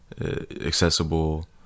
accessible